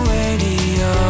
radio